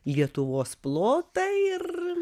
lietuvos plotą ir